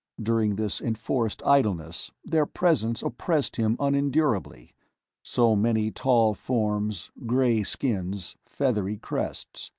during this enforced idleness, their presence oppressed him unendurably so many tall forms, gray skins, feathery crests.